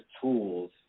tools